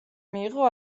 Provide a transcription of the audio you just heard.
მიიღო